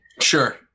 Sure